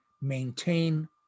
maintain